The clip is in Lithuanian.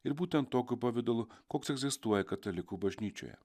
ir būtent tokiu pavidalu koks egzistuoja katalikų bažnyčioje